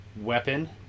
Weapon